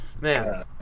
Man